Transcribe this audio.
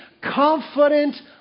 confident